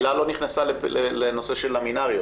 הילה לא נכנסה לנושא של למינאריות.